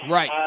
Right